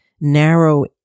narrow